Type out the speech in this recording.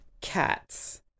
cats